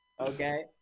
okay